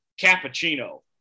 cappuccino